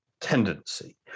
tendency